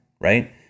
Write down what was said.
right